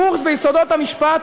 קורס ביסודות המשפט,